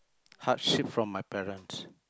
hardship from my parents